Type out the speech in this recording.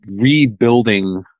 rebuilding